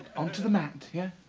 onto the mat, yeah?